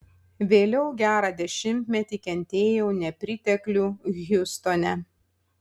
vėliau gerą dešimtmetį kentėjau nepriteklių hjustone